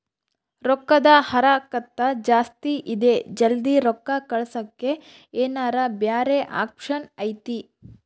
ರೊಕ್ಕದ ಹರಕತ್ತ ಜಾಸ್ತಿ ಇದೆ ಜಲ್ದಿ ರೊಕ್ಕ ಕಳಸಕ್ಕೆ ಏನಾರ ಬ್ಯಾರೆ ಆಪ್ಷನ್ ಐತಿ?